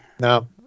No